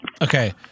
Okay